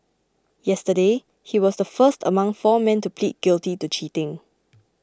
yesterday he was the first among four men to plead guilty to cheating